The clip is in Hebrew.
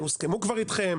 הוסכמו כבר איתכם,